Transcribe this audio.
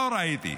לא ראיתי.